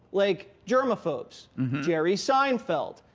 like germaphobe's. jerry seinfeld.